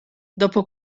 dopo